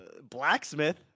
blacksmith